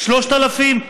3000?